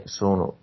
sono